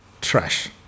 Trash